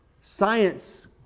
science